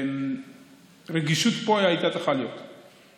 רגישות הייתה צריכה להיות פה.